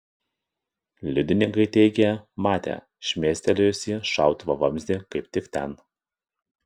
liudininkai teigė matę šmėstelėjusį šautuvo vamzdį kaip tik ten